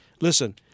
listen